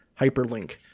hyperlink